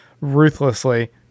ruthlessly